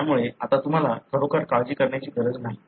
त्यामुळे आता तुम्हाला खरोखर काळजी करण्याची गरज नाही